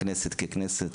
הכנסת ככנסת,